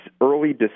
early